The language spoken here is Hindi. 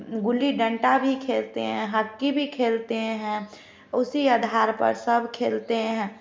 गिल्ली डांटा भी खेलते है हाकी भी खेलते है उसी आधार पर सब खेलते हैं